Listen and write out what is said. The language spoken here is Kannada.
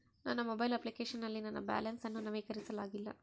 ನನ್ನ ಮೊಬೈಲ್ ಅಪ್ಲಿಕೇಶನ್ ನಲ್ಲಿ ನನ್ನ ಬ್ಯಾಲೆನ್ಸ್ ಅನ್ನು ನವೀಕರಿಸಲಾಗಿಲ್ಲ